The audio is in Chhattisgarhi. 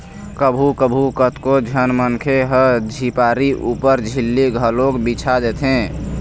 कभू कभू कतको झन मनखे ह झिपारी ऊपर झिल्ली घलोक बिछा देथे